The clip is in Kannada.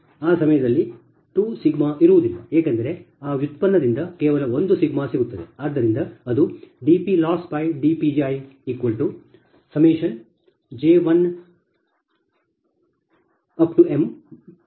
ಆ ಸಮಯದಲ್ಲಿ 2 ಸಿಗ್ಮಾ ಇರುವುದಿಲ್ಲ ಏಕೆಂದರೆ ಆ ವ್ಯುತ್ಪನ್ನದಿಂದ ಕೇವಲ ಒಂದು ಸಿಗ್ಮಾ ಸಿಗುತ್ತದೆ